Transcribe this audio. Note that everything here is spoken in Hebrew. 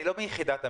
אני לא מיחידת המיפוי.